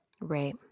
Right